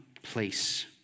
Place